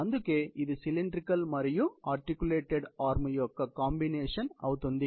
అందుకే ఇది సిలిండ్రికల్ మరియు ఆర్టికులేటెడ్ ఆర్మ్ యొక్క కాంబినేషన్ అవుతుంది